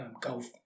golf